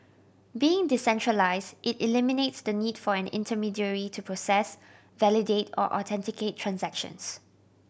being decentralised it eliminates the need for an intermediary to process validate or authenticate transactions